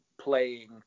playing